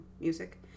music